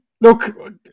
Look